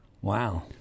Wow